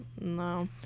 No